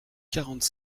quarante